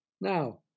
Now